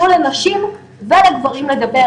תנו לנשים ולגברים לדבר.